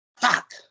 Fuck